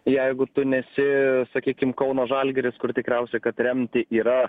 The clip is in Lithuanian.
jeigu tu nesi sakykim kauno žalgiris kur tikriausiai kad remti yra